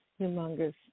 humongous